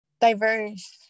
diverse